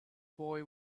boy